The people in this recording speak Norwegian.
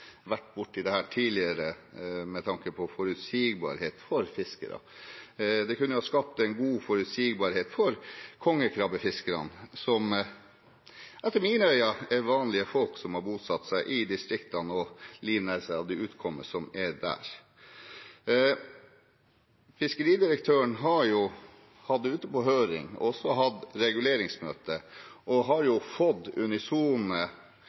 med forutsigbarhet for fiskerne. Det kunne skapt god forutsigbarhet for kongekrabbefiskerne, som i mine øyne er vanlige folk som har bosatt seg i distriktene og livnærer seg av det utkommet som er der. Fiskeridirektøren har hatt dette ute på høring og hatt reguleringsmøte og har fått unisone